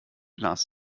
las